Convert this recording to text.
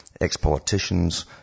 Ex-politicians